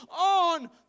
on